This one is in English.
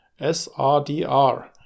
srdr